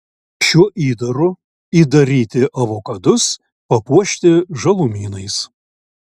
šiuo įdaru įdaryti avokadus papuošti žalumynais